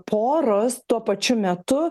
poros tuo pačiu metu